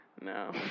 No